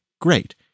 great